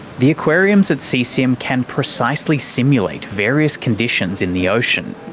the aquariums at seasim can precisely simulate various conditions in the ocean,